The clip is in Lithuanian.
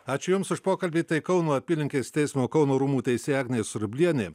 ačiū jums už pokalbį tai kauno apylinkės teismo kauno rūmų teisėja agnė surblienė